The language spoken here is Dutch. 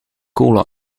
cola